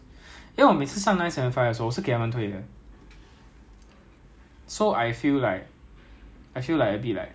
ya 以前他们上 bus 你看那些 video 那么上 bus 很夸张 mah 有些人上 bus 上 the roof of the bus 那种 ya so